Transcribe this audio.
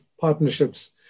partnerships